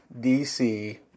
DC